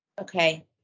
okay